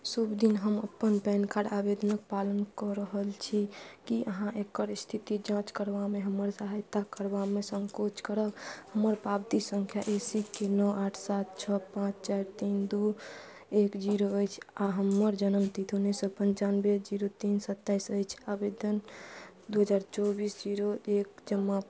शुभ दिन हम अपन पैन कार्ड आवेदनक पालन कऽ रहल छी की अहाँ एकर स्थिति जाँच करबामे हमर सहायता करबामे संकोच करब हमर पावती संख्या ए सी के नओ आठ सात छओ पाँच चाइर तीन दू एक जीरो अइछ आ हमर जनम तिथि उनैस सौ पनचानबे जीरो तीन सताईस अइछ आवेदन दू हजार चौबीस जीरो एक जमा